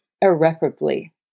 irreparably